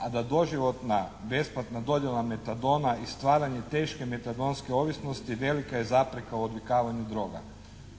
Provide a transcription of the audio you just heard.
a da doživotna besplatna dodjela metadona i stvaranje teške metadonske ovisnosti velika je zapreka u odvikavanju droga